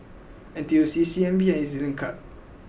N T U C C N B and E Z Link